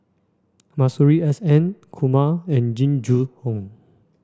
Masuri S N Kumar and Jing Jun Hong